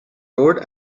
road